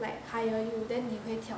like hire you then 你会跳